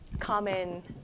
Common